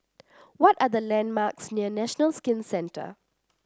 what are the landmarks near National Skin Centre